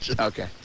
Okay